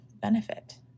benefit